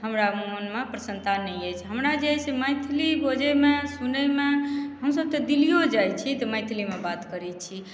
हमरा मोन मे प्रसन्नता नहि अछि हमरा जे अछि से मैथिली बजै मे सुनै मे हमसभ तऽ दिल्लियो जाइ छी तऽ मैथिली मे बात करै छी